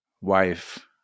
wife